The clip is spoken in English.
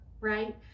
right